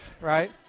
Right